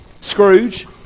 Scrooge